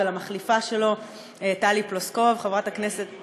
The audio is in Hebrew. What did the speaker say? ולמחליפה שלו חברת הכנסת טלי פלוסקוב,